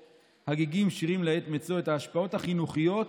"הגיגים: שירים לעת מצוא" את ההשפעות החינוכיות,